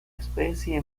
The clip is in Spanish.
especie